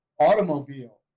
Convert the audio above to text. automobile